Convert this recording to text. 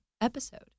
episode